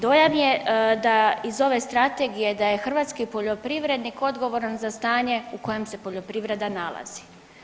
Dojam je da, iz ove strategije, da je hrvatski poljoprivrednik odgovoran za stanjem u kojem se poljoprivredna nalazi.